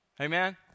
Amen